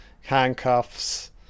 Handcuffs